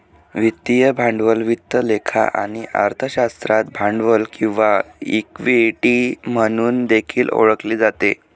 वित्तीय भांडवल वित्त लेखा आणि अर्थशास्त्रात भांडवल किंवा इक्विटी म्हणून देखील ओळखले जाते